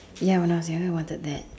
ya when I was young I wanted that